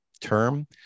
term